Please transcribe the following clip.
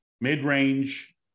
mid-range